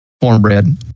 cornbread